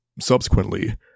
subsequently